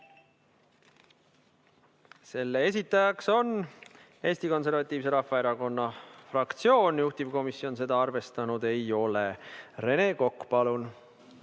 Selle esitaja on Eesti Konservatiivse Rahvaerakonna fraktsioon, juhtivkomisjon seda arvestanud ei ole. Rene Kokk, palun!